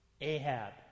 Ahab